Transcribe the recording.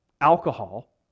alcohol